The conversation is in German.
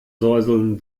säuseln